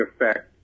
effect